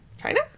China